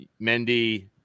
Mendy